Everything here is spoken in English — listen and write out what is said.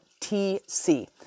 TC